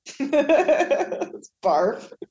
barf